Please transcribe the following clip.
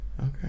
Okay